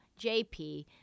JP